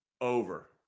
Over